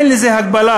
אין לזה הגבלה,